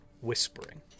whispering